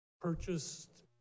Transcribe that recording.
purchased